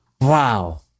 wow